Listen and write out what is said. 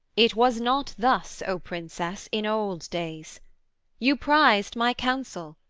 it was not thus, o princess, in old days you prized my counsel,